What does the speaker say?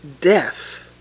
death